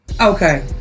Okay